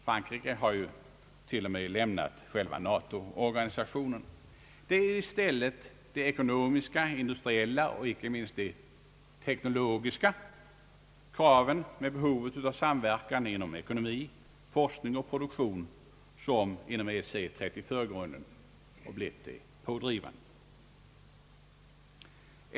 Frankrike har ju t.o.m. lämnat NATO-organisationen. Det är i stället de ekono miska, industriella och icke minst de teknologiska kraven med behovet av samverkan inom ekonomi, forskning och produktion, som inom EEC sätts i förgrunden och blivit de pådrivande.